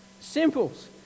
Simples